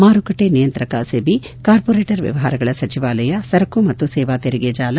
ಮಾರುಕಟ್ಟೆ ನಿಯಂತ್ರಕ ಸಿಬಿ ಕಾರ್ಪೋರೇಟರ್ ವ್ಯವಹಾರಗಳ ಸಚಿವಾಲಯ ಸರಕು ಮತ್ತು ಸೇವಾ ತೆರಿಗೆ ಜಾಲ